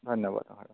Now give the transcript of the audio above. ধন্যবাদ হয়